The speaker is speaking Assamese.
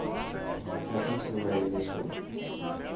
এখন চিনেমা ৰিলিজ হ'ল